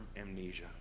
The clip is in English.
amnesia